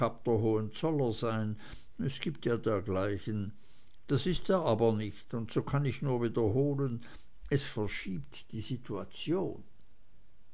sein es gibt ja dergleichen das ist er aber nicht und so kann ich nur wiederholen es verschiebt die situation